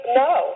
no